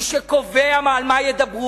מי שקובע על מה ידברו,